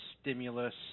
stimulus